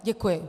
Děkuji.